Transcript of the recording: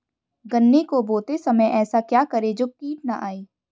गन्ने को बोते समय ऐसा क्या करें जो कीट न आयें?